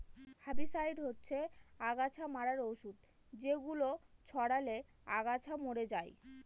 herbicide হচ্ছে অগাছা মারার ঔষধ যেগুলো ছড়ালে আগাছা মরে যায়